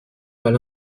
mal